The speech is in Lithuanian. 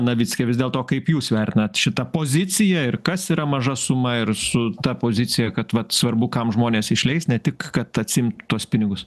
navicke vis dėlto kaip jūs vertinat šitą poziciją ir kas yra maža suma ir su ta pozicija kad vat svarbu kam žmonės išleis ne tik kad atsiimt tuos pinigus